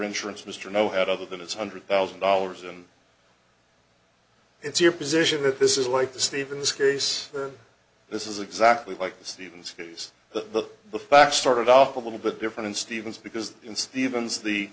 insurance mr know had other than his hundred thousand dollars and it's your position that this is like the steve in this case this is exactly like the stevens case the the facts started off a little bit different stevens because in stevens the